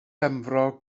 benfro